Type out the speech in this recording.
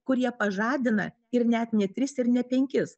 kurie pažadina ir net ne tris ir ne penkis